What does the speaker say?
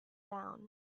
down